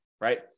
right